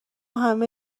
همه